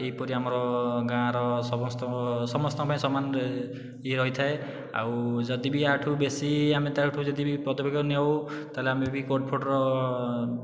ଏହିପରି ଆମର ଗାଁର ସମସ୍ତଙ୍କ ସମସ୍ତଙ୍କ ପାଇଁ ସମାନ ଇଏ ରହିଥାଏ ଆଉ ଯଦି ବି ଏହାଠୁ ବେଶି ଆମେ ତାଠୁ ଯଦି ବି ପଦକ୍ଷେପ ନିଅଉ ତା'ହେଲେ ଆମେ ବି କୋର୍ଟ ଫୋଟ୍ର